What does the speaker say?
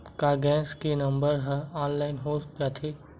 का गैस के नंबर ह ऑनलाइन हो जाथे?